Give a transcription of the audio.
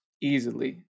easily